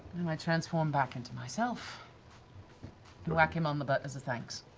and i transform back into myself and whack him on the butt as a thanks.